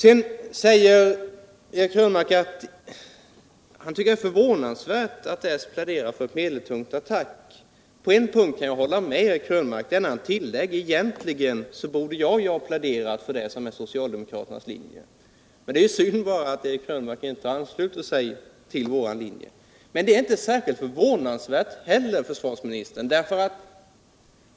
Eric Krönmark säger vidare att han tycker att det är förvånansvärt att ens plädera för ett medeltungt attackplan. Jag kan hålla med försvarsministern när han tillägger att han egentligen borde ha pläderat för det som är socialdemokraternas linje, men det är synd att Eric Krönmark inte ansluter sig till den. Det är inte särskilt förvånansvärt, Eric Krönmark.